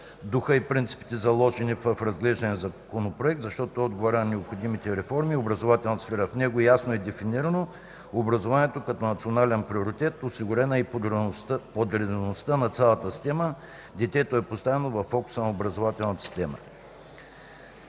духа и принципите, заложени в разглеждания Законопроект, защото той отговаря на необходимите реформи в образователната сфера. В него ясно е дефинирано образованието като национален приоритет, осигурена е подредеността на цялата система, детето е поставено във фокуса на образователната система;